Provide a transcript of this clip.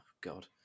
God